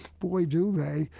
boy do they,